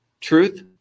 Truth